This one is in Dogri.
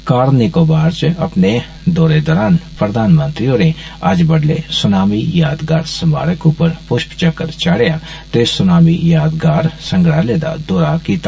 कार निकोवार च अपने दौरे दौरान प्रधानमंत्री होरें अज्ज बड्डलै सुनामी यादगार समारक उप्पर पुश्पचक्र चाढेआ ते सुनामी यादगार संग्रालय दा दौरा कीता